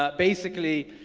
ah basically,